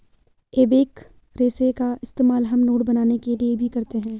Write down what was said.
एबेक रेशे का इस्तेमाल हम नोट बनाने के लिए भी करते हैं